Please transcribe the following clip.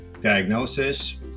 diagnosis